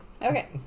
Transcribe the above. Okay